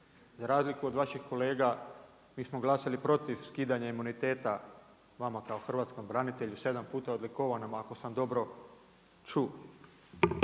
za razliku od vaših kolega mi smo glasali protiv skidanja imuniteta vama kao hrvatskom branitelju, sedam puta odlikovanom ako samo dobro čuo.